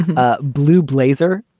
ah blue blazer.